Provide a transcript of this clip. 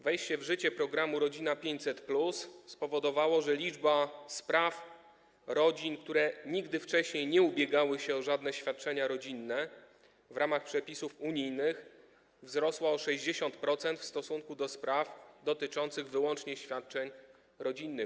Wejście w życie programu „Rodzina 500+” spowodowało, że liczba spraw rodzin, które nigdy wcześniej nie ubiegały się o żadne świadczenia rodzinne w ramach przepisów unijnych, wzrosła o 60% w stosunku do spraw dotyczących wyłącznie świadczeń rodzinnych.